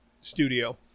studio